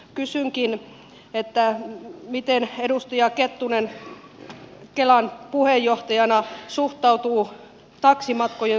kysynkin miten edustaja kettunen kelan puheenjohtajana suhtautuu taksimatkojen suorakorvaushankkeeseen